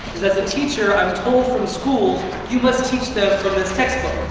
cause as a teacher i'm told from schools, you must teach them from this textbook.